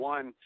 One